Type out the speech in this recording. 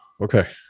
Okay